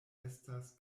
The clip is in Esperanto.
estas